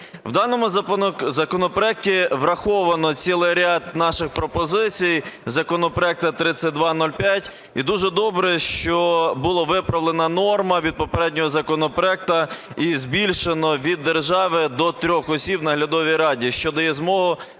У даному законопроекті враховано цілий ряд наших пропозицій законопроекту 3205. І дуже добре, що була виправлена норма від попереднього законопроекту, і збільшено від держави до трьох осіб в Наглядовій раді, що дає змогу